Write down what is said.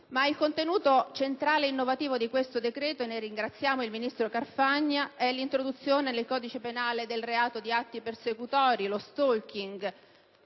Il contenuto centrale e innovativo di questo decreto - e di questo ringraziamo il ministro Carfagna - è l'introduzione nel codice penale del reato di atti persecutori, di *stalking*